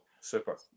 super